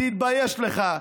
תתבייש לך.